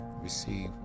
receive